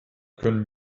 können